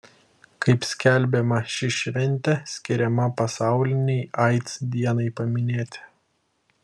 kaip skelbiama ši šventė skiriama pasaulinei aids dienai paminėti